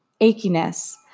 achiness